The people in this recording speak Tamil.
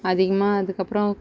அதிகமாக அதுக்கப்றம்